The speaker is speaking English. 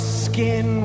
skin